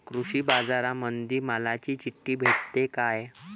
कृषीबाजारामंदी मालाची चिट्ठी भेटते काय?